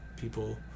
people